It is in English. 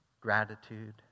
Gratitude